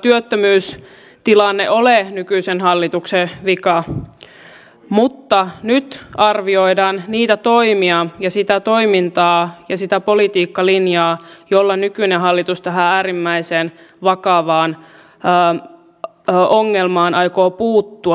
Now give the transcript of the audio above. työttömyystilanne ole nykyisen hallituksen vika mutta nyt arvioidaan niitä toimia ja sitä toimintaa ja sitä politiikkalinjaa jolla nykyinen hallitus tähän äärimmäisen vakavaan ongelmaan aikoo puuttua